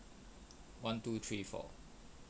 one two three four